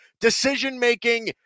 decision-making